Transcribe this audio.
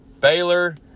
Baylor